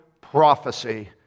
prophecy